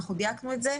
אנחנו דייקנו את זה.